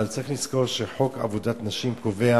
אבל צריך לזכור שחוק עבודת נשים קובע